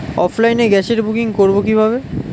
অফলাইনে গ্যাসের বুকিং করব কিভাবে?